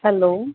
hello